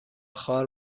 خوار